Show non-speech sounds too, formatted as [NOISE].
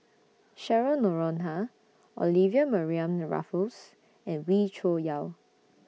[NOISE] Cheryl Noronha Olivia Mariamne Raffles and Wee Cho Yaw